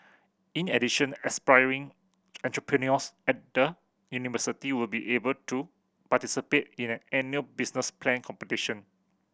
in addition aspiring entrepreneurs at the university will be able to participate in an annual business plan competition